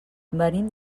venim